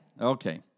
Okay